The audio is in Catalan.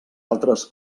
altres